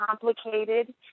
complicated